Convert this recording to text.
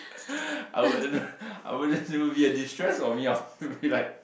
I would I would it'll be a distress for me I'll be like